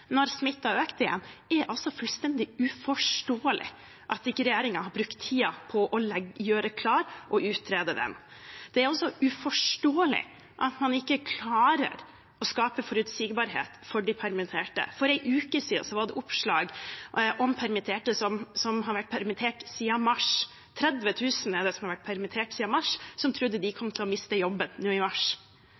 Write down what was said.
igjen – at ikke regjeringen har brukt tiden til å gjøre den klar og utrede den. Det er også uforståelig at man ikke klarer å skape forutsigbarhet for de permitterte. For en uke siden var det oppslag om permitterte som har vært permittert siden mars – 30 000 har vært permittert siden mars – som trodde de kom til å miste jobben nå i mars